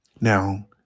now